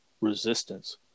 Resistance